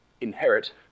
inherit